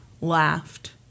laughed